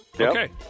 Okay